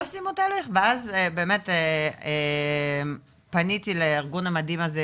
הם לא סיימו את ההליך ואז באמת פניתי לארגון המדהים הזה,